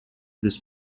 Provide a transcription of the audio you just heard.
this